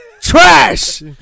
trash